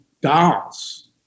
dolls